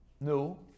No